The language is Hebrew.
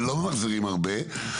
ולא ממחזרים הרבה,